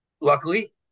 Luckily